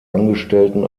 angestellten